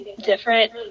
different